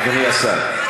אדוני השר,